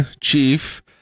chief